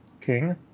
king